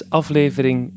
aflevering